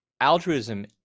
altruism